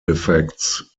defects